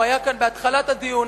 הוא היה כאן בהתחלת הדיון.